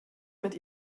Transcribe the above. mit